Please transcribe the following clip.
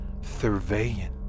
surveying